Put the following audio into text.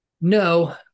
no